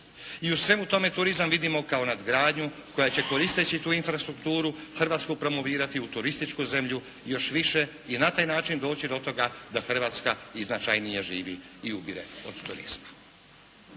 I u svemu tome turizam vidimo kao nadgradnju koja će koristeći tu infrastrukturu Hrvatsku promovirati u turističku zemlju još više i na taj način doći do toga da Hrvatska i značajnije živi i ubire od turizma.